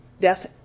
death